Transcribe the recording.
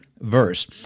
verse